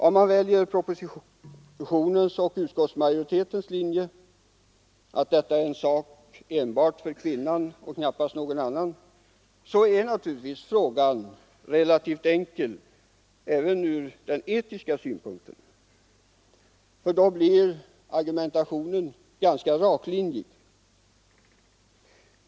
Om man väljer propositionens och utskottsmajoritetens linje — att detta är en sak enbart för kvinnan och knappast för någon annan — så är naturligtvis frågan relativt enkel, även ur etisk synpunkt. Då blir argumentationen ganska rätlinjig.